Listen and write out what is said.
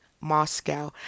Moscow